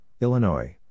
Illinois